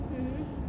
mmhmm